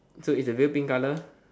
so is the veil pink colour